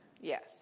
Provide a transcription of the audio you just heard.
Yes